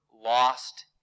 lost